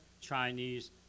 Chinese